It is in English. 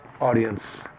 audience